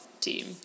team